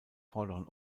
vorderen